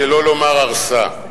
שלא לומר הרסה,